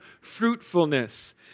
fruitfulness